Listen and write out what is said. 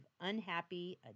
unhappy